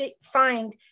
find